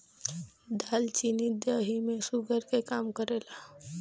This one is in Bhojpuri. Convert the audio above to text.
दालचीनी देहि में शुगर के कम करेला